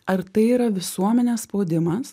ar tai yra visuomenės spaudimas